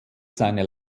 seine